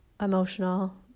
emotional